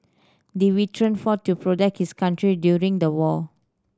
the veteran fought to protect his country during the war